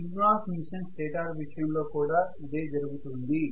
synchronous machine stator విషయంలో కూడా ఇదే జరుగుతుంది